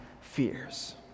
fears